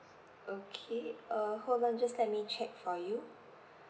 okay uh hold on just let me check for you